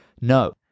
No